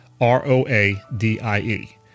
R-O-A-D-I-E